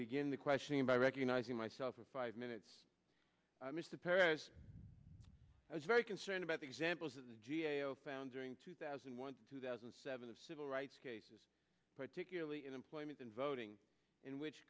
begin the questioning by recognizing myself of five minutes i missed the paris i was very concerned about the examples of the g a o found during two thousand and one two thousand and seven of civil rights cases particularly in employment in voting in which